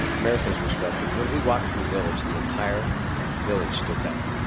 america is respected. when we walk through the village, the entire village stood down.